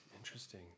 Interesting